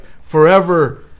forever